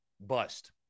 bust